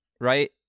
right